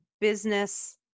business